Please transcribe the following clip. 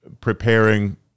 preparing